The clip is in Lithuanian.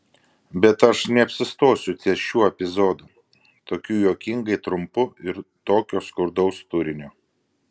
bet aš neapsistosiu ties šiuo epizodu tokiu juokingai trumpu ir tokio skurdaus turinio